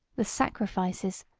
the sacrifices,